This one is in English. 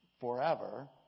forever